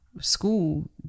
school